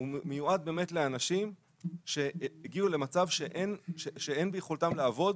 הוא באמת מיועד לאנשים שהגיעו למצב שאין ביכולתם לעבוד